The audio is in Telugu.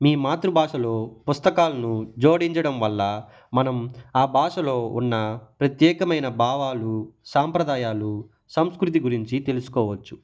మీ మాతృభాషలో పుస్తకాలను జోడించడం వల్ల మనం ఆ భాషలో ఉన్న ప్రత్యేకమైన భావాలు సాంప్రదాయాలు సంస్కృతి గురించి తెలుసుకోవచ్చు